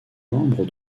membre